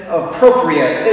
appropriate